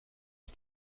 ich